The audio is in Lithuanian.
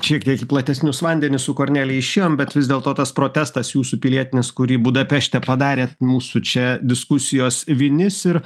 šiek tiek į platesnius vandenis su kornelija išėjom bet vis dėlto tas protestas jūsų pilietinis kurį budapešte padarėt mūsų čia diskusijos vinis ir